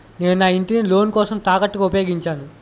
నేను నా ఇంటిని లోన్ కోసం తాకట్టుగా ఉపయోగించాను